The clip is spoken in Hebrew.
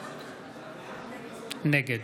נגד